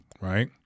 right